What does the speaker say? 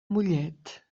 mollet